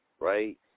right